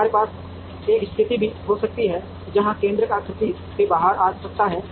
हमारे पास एक स्थिति भी हो सकती है जहाँ केन्द्रक आकृति के बाहर जा सकता है